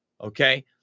okay